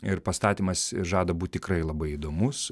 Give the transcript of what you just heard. ir pastatymas žada būt tikrai labai įdomus